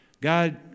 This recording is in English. God